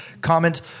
comment